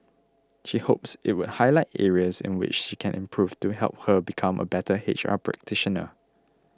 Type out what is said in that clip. she hopes it would highlight areas in which she can improve to help her become a better H R practitioner